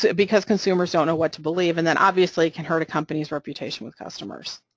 because consumers don't know what to believe and that obviously can hurt a company's reputation with customers,